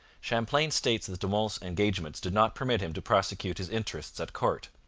champlain states that de monts' engagements did not permit him to prosecute his interests at court.